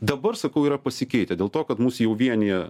dabar sakau yra pasikeitę dėl to kad mus jau vienija